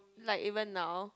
like even now